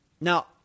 Now